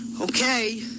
Okay